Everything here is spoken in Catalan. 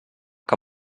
que